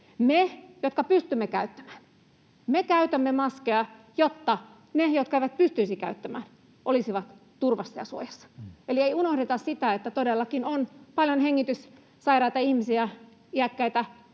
Me, jotka pystymme käyttämään, käytämme maskeja, jotta ne, jotka eivät pysty käyttämään, olisivat turvassa ja suojassa. Eli ei unohdeta sitä, että todellakin on paljon hengityssairaita ihmisiä, iäkkäitä